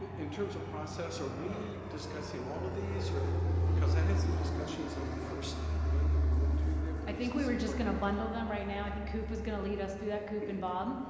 in terms of process, are we discussing all of these or. ah because i have some discussions on the first one that we went through there. i think we were just going to bundle them right now. i think coop was going to lead us through that, coop and bob,